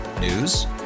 News